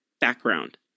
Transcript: background